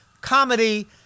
comedy